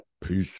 Peace